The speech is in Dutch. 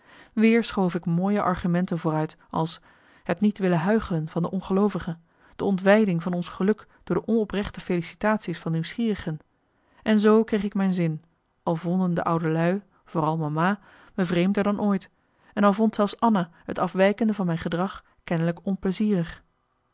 weer schoof ik mooie argumenten vooruit als het niet willen huichelen van de ongeloovige de ontwijding van ons geluk door de onoprechte felicitatie's van nieuwsgierigen en zoo kreeg ik mijn zin al vonden de oude lui vooral mama me vreemder dan ooit en al vond zelfs anna het afwijkende van mijn gedrag kennelijk onplezierig